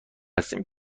هستیم